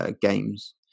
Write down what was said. games